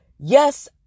Yes